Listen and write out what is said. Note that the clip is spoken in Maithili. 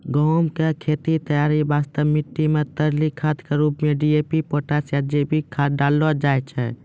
गहूम के खेत तैयारी वास्ते मिट्टी मे तरली खाद के रूप मे डी.ए.पी पोटास या जैविक खाद डालल जाय छै